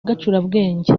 gacurabwenge